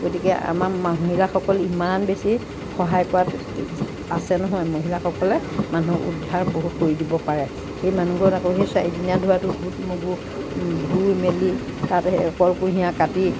গতিকে আমাৰ মহিলাসকল ইমান বেছি সহায় কৰাটোত আছে নহয় মহিলাসকলে মানুহক উদ্ধাৰ বহুত কৰি দিব পাৰে সেই মানুহ ঘৰত আকৌ সেই চাৰিদিনীয়া ধোৱাটোত বুট মগু ধুই মেলি তাতে এই কল কুঁহিয়াৰ কাটি